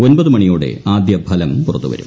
ഒമ്പതു മണിയോടെ ആദ്യഫലം പുറത്തു വരും